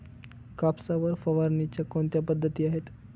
कापसावर फवारणीच्या कोणत्या पद्धती आहेत?